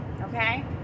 Okay